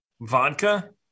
Vodka